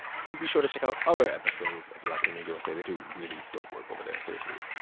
please be sure to check out other episodes of latino usa. they do really dope work over there seriously.